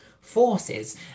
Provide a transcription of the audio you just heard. forces